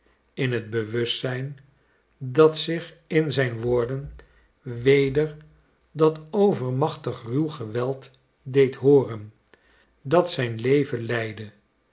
in het bewustzijn dat zich in zijn woorden weder dat overmachtig ruw geweld deed hooren dat zijn leven leidde